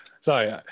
sorry